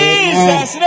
Jesus